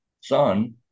son